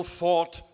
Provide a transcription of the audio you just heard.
fought